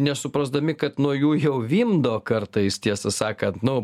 nesuprasdami kad nuo jų jau vimdo kartais tiesą sakant nu